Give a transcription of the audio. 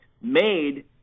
made